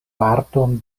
parton